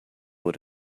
what